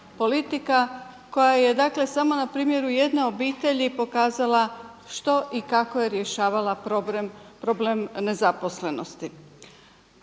politika koja je dakle samo na primjeru jedne obitelji pokazala što i kako je rješavala problem nezaposlenosti.